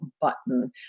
button